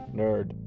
nerd